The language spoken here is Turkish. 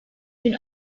bin